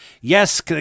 Yes